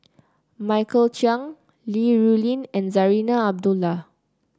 Michael Chiang Li Rulin and Zarinah Abdullah